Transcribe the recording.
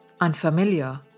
unfamiliar